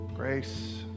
grace